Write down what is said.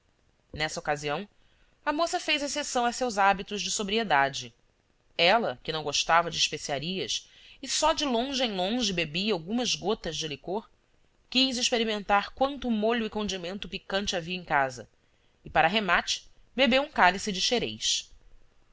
nessa ocasião a moça fez exceção a seus hábitos de sobrie dade ela que não gostava de especiarias e só de longe em longe bebia algumas gotas de licor quis experimentar quanto molho e condimento picante havia em casa e para remate bebeu um cálice de